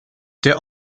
der